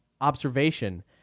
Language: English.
observation